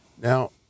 Now